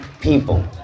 people